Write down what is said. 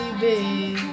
baby